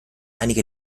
einige